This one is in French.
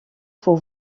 pour